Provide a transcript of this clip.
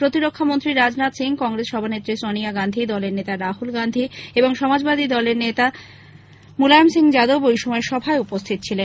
প্রতিরক্ষামন্ত্রী রাজনাথ সিং কংগ্রেস সভানেত্রী সনিয়া গান্ধী দলের নেতা রাহুল গান্ধী এবং সমাজবাদী পার্টির প্রধান মুলায়ম সিং যাদব ঐ সময় সভায় উপস্থিত ছিলেন